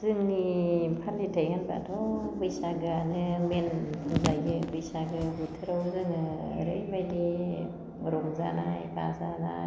जोंनि फालिथाइ होनब्लाथ' बैसागोआनो मेन होनजायो बैसागो बोथोराव जोङो ओरैबायदि रंजानाय बाजानाय